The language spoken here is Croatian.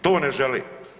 To ne žele.